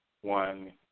one